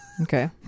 Okay